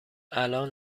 الان